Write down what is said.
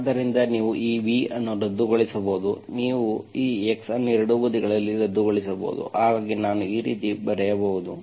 ಆದ್ದರಿಂದ ನೀವು ಈ v ಅನ್ನು ರದ್ದುಗೊಳಿಸಬಹುದು ನೀವು ಈ x ಅನ್ನು ಎರಡೂ ಬದಿಗಳಲ್ಲಿ ರದ್ದುಗೊಳಿಸಬಹುದು ಹಾಗಾಗಿ ನಾನು ಈ ರೀತಿ ಬರೆಯಬಹುದು